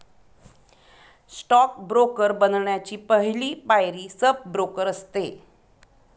stock broker बनण्याची पहली पायरी सब ब्रोकर असते